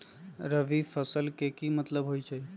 रबी फसल के की मतलब होई छई?